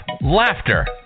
laughter